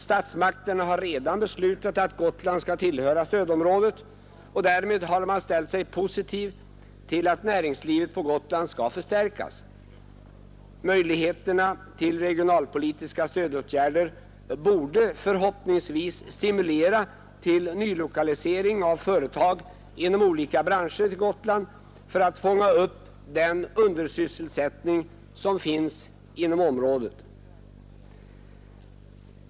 Statsmakterna har redan beslutat att Gotland skall tillhöra stödområdet, och därmed har man ställt sig positiv till att näringslivet på Gotland skall förstärkas. Möjligheterna till regionalpolitiska stödåtgärder borde förhoppningsvis stimulera nylokalisering av företag inom olika branscher till Gotland för att fånga upp undersysselsättningen inom området.